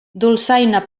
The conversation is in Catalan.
dolçaina